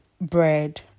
bread